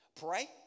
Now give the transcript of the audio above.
Pray